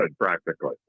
practically